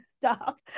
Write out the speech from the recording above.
stop